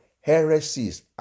heresies